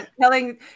Telling